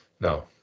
No